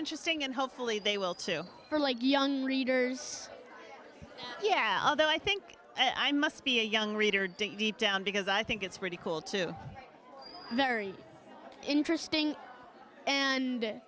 interesting and hopefully they will too or like young readers yeah although i think i must be a young reader deep down because i think it's pretty cool to very interesting and